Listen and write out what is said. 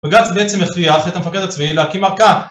בגלל שזה בעצם הכריח את המפקד הצבאי להקים ערכה